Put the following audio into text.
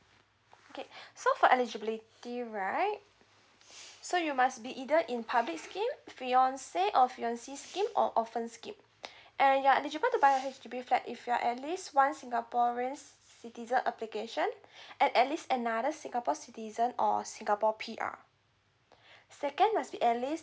okay so for eligibility right so you must be either in public scheme fiance or fiance scheme or orphan scheme and you are eligible to buy a H_D_B flat if you're at least one singaporeans citizen application and at least another singapore citizen or singapore P_R second must be at least